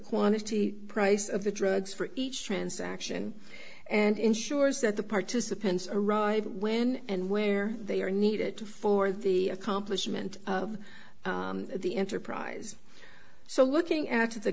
quantity price of the drugs for each transaction and ensures that the participants arrive when and where they are needed for the accomplishment of the enterprise so looking at the